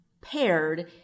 paired